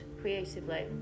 creatively